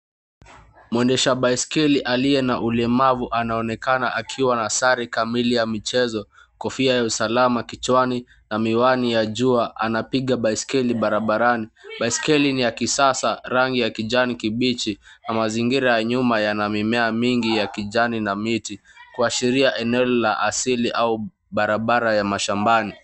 Mwendesha baiskeli aliye na ulemavu anaonekana akiwa na sare kamili ya michezo; kofia ya usalama kichwani na miwani ya jua. Anapiga baiskeli barabarani. Baiskeli ni ya kisasa, rangi ya kijanikibichi na mazingira ya nyuma yana mimea mingi ya kijani na miti kuashiria eneo la asili au barabara ya mashambani.